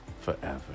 forever